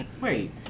Wait